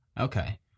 Okay